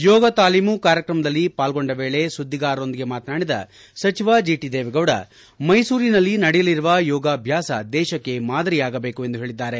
ಯೋಗ ತಾಲಿಮು ಕಾರ್ಯಕ್ರಮದಲ್ಲಿ ಪಾಲ್ಗೊಂಡ ವೇಳೆ ಸುದ್ದಿಗಾರರೊಂದಿಗೆ ಮಾತನಾಡಿದ ಸಚಿವರೊಂದಿಗೆ ಮೈಸೂರಿನಲ್ಲಿ ನಡೆಯಲಿರುವ ಯೋಗಾಭ್ಯಾಸ ದೇಶಕ್ಕೆ ಮಾದರಿಯಾಗಬೇಕು ಎಂದು ಹೇಳಿದ್ದಾರೆ